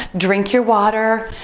drink your water,